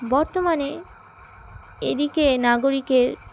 বর্তমানে এদিকে নাগরিকের